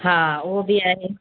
हा उहो बि आहे